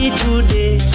today